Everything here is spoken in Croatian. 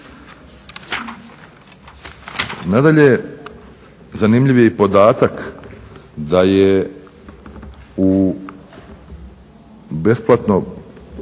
Nadalje, zanimljiv je i podatak da je u besplatnu